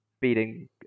beating